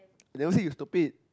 I never say you stupid